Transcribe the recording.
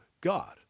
God